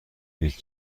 هیچ